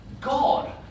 God